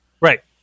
Right